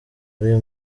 ari